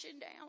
down